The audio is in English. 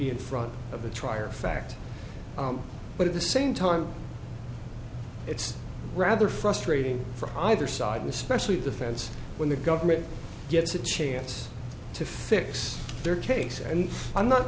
be in front of a trier of fact but at the same time it's rather frustrating for either side and specially defense when the government gets a chance to fix their case and i'm not